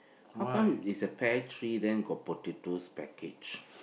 how come is a pair three then got potatoes package